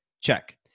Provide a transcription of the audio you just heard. check